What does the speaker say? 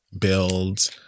build